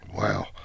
Wow